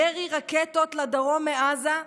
ירי רקטות לדרום מעזה.